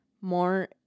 more